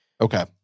Okay